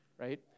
right